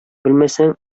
белмәсәң